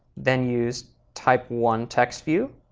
then use type one text view,